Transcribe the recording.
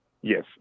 Yes